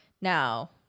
Now